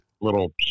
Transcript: little